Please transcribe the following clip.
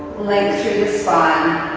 link to sign